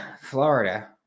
Florida